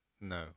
No